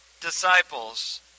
disciples